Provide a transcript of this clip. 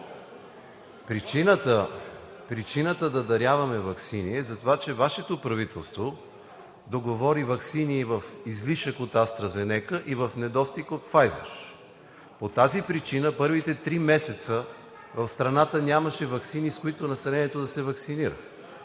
Причината да даряваме ваксини е затова, че Вашето правителство договори ваксини в излишък от AstraZeneca и в недостиг от Pfizer. По тази причина в първите три месеца в страната нямаше ваксини, с които населението да се ваксинира.